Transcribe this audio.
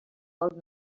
old